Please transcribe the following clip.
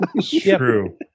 true